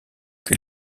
que